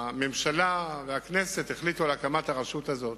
הממשלה והכנסת החליטו על הקמת הרשות הזאת